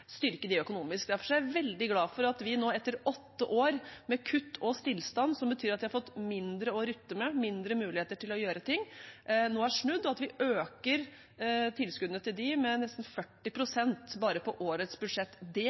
styrke dem økonomisk. Derfor er jeg veldig glad for at vi nå etter åtte år med kutt og stillstand, som betyr at de har fått mindre å rutte med, mindre muligheter til å gjøre ting, nå har snudd, og at vi øker tilskuddene til dem med nesten 40 pst. bare på årets budsjett.